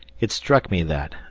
it struck me that,